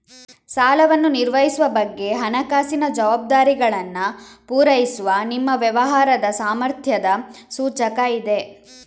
ಸಾಲವನ್ನು ನಿರ್ವಹಿಸುವ ಬಗ್ಗೆ ಹಣಕಾಸಿನ ಜವಾಬ್ದಾರಿಗಳನ್ನ ಪೂರೈಸುವ ನಿಮ್ಮ ವ್ಯವಹಾರದ ಸಾಮರ್ಥ್ಯದ ಸೂಚಕ ಇದೆ